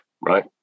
right